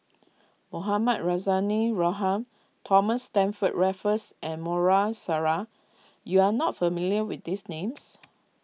Mohamed Rozani Thomas Stamford Raffles and Maarof Salleh you are not familiar with these names